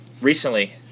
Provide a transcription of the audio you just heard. Recently